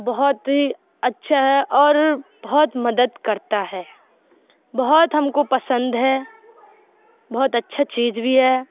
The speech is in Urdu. بہت ہی اچھا ہے اور بہت مدد کرتا ہے بہت ہم کو پسند ہے بہت اچھا چیز بھی ہے